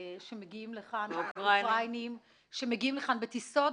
והאוקראינים שמגיעים לכאן, בטיסות.